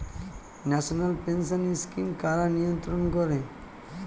National pension scheme কারা নিয়ন্ত্রণ করে?